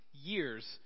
years